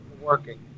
working